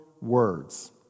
words